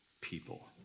people